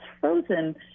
frozen